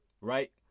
Right